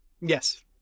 Yes